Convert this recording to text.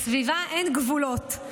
בסביבה, אין גבולות.